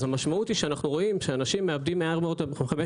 אז המשמעות היא שאנו רואים שאנשים מאבדים 5.2,